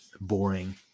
boring